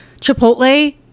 Chipotle